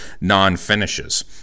non-finishes